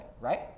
right